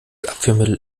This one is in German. abführmittel